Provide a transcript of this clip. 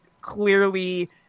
clearly